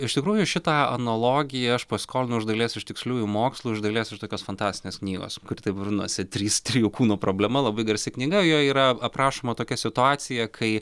iš tikrųjų šitą analogiją aš pasiskolinau iš dalies iš tiksliųjų mokslų iš dalies iš tokios fantastinės knygos kuri taip vadinosi trys trijų kūnų problema labai garsi knyga joj yra aprašoma tokia situacija kai